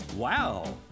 Wow